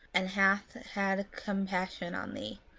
and hath had compassion on thee.